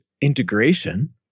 integration